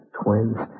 twins